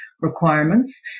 requirements